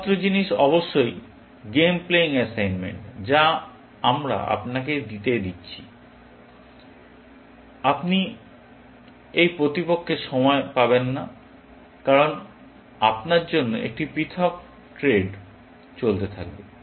একমাত্র জিনিস অবশ্যই গেম প্লেয়িং অ্যাসাইনমেন্ট যা আমরা আপনাকে দিতে যাচ্ছি আপনি এই প্রতিপক্ষের সময় পাবেন না কারণ আপনার জন্য একটি পৃথক থ্রেড চলতে থাকবে